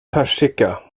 persika